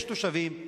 יש תושבים,